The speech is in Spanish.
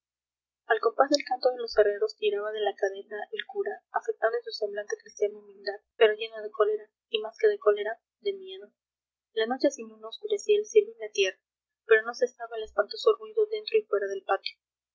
al compás del canto de los herreros tiraba de la cadena el cura afectando en su semblante cristiano humildad pero lleno de cólera y más que de cólera de miedo la noche sin luna oscurecía el cielo y la tierra pero no cesaba el espantoso ruido dentro y fuera del patio